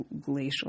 glacial